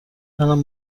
منم